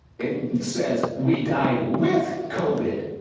it says we died with covid.